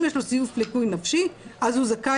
אם יש לו סעיף ליקוי נפשי אז הוא זכאי